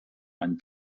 einen